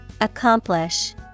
Accomplish